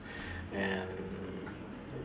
and